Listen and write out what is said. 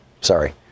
Sorry